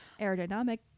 Aerodynamic